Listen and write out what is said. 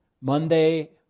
Monday